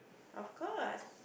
of course